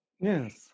yes